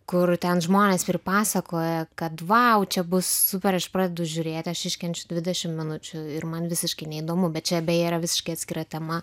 kur ten žmonės pripasakoja kad vau čia bus super aš pradedu žiūrėti aš iškenčiau dvidešimt minučių ir man visiškai neįdomu bet čia beje yra visiškai atskira tema